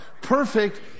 Perfect